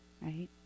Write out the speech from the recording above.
right